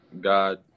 God